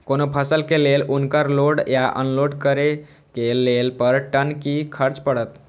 कोनो फसल के लेल उनकर लोड या अनलोड करे के लेल पर टन कि खर्च परत?